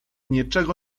niczego